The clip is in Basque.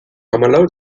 hamalau